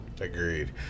agreed